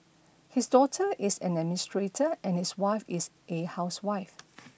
his daughter is an administrator and his wife is a housewife